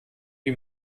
wie